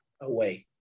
away